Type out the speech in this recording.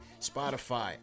Spotify